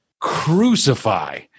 crucify